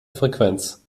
frequenz